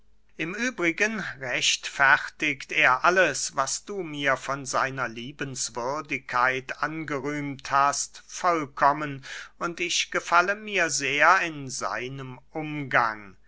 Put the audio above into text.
im übrigen rechtfertigt er alles was du mir von seiner liebenswürdigkeit angerühmt hast vollkommen und ich gefalle mir sehr in seinem umgang